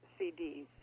CDs